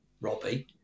Robbie